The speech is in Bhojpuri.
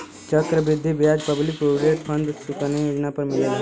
चक्र वृद्धि ब्याज पब्लिक प्रोविडेंट फण्ड सुकन्या योजना पर मिलेला